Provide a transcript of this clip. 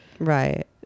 Right